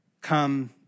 come